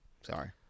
Sorry